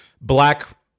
Black